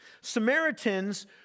Samaritans